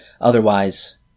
Otherwise